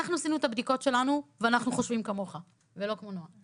אנחנו עשינו את הבדיקות שלנו ואנחנו חושבים כמוך ולא כמו נעה.